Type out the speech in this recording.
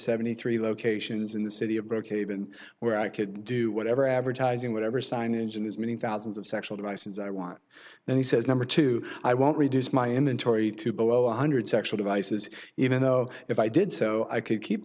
seventy three locations in the city of brocaded where i could do whatever advertising whatever signage in his many thousands of sexual devices i want then he says number two i won't reduce my inventory to below one hundred sexual devices even though if i did so i could keep